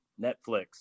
Netflix